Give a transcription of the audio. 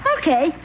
Okay